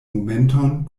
momenton